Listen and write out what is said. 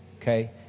okay